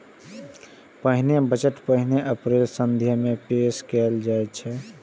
पहिने बजट पहिल अप्रैल कें संसद मे पेश कैल जाइत रहै